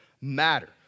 matter